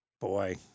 Boy